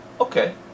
okay